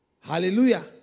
Hallelujah